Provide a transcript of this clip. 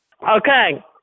Okay